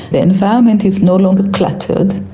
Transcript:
the environment is no longer cluttered,